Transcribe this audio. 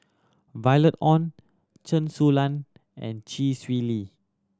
Violet Oon Chen Su Lan and Chee Swee Lee